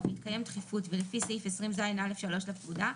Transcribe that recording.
ובהתקיים דחיפות ולפי סעיף 20ז(א)(3) לפקודה,